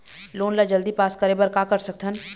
Loan ला जल्दी pass करे बर का कर सकथन?